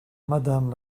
madame